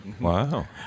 Wow